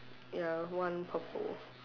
ya one purple